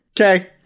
Okay